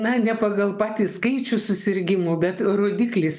na ne pagal patį skaičių susirgimų bet rodiklis